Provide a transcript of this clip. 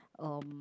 um